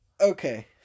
okay